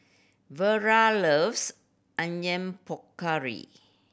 Vara loves Onion Pakora